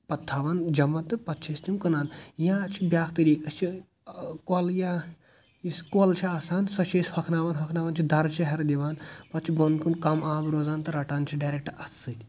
پَتہ تھاوان جَمع تہٕ پتہٕ چھِ أسۍ تِم کٕنان یا چھ بیاکھ طٔریٖق أسۍ چھِ کۄل یا یُس کۄل چھِ آسان سۄ چھِ أسۍ ہوٚکھناوان ہوٚکھناوان چھِ دَرٕ چھِ أسۍ دِوان پَتہٕ چھ بوٚن کُن کَم آب روزان تہٕ رَٹان چھِ ڈیرٮ۪کٹ اَتھ سۭتۍ